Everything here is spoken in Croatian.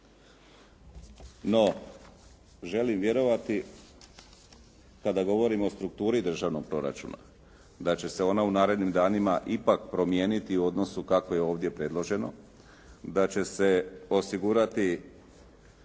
No želim vjerovati kada govorim o strukturi državnog proračuna, da će se ona u narednim danima ipak promijeniti u odnosu kako je ovdje predloženo, da će se osigurati